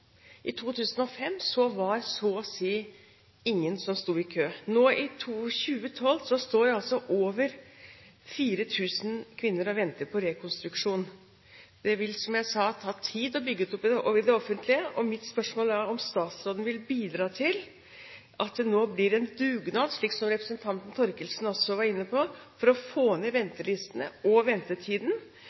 I 2005 var det så å si ingen som sto i kø. Nå i 2012 går altså 4 000 kvinner og venter på rekonstruksjon. Det vil, som jeg sa, ta tid å bygge ut det offentlige, og mitt spørsmål er om statsråden vil bidra til at det nå blir en dugnad, slik som representanten Thorkildsen også var inne på, for å få ned ventelistene og ventetiden